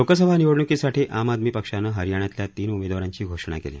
लोकसभा निवडण्कीसाठी आम आदमी पक्षानं हरियाणातल्या तीन उमेदवारांची घोषणा केली